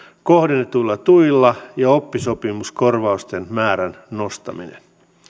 kohdennetuilla tuilla ja oppisopimuskorvausten määrän nostaminen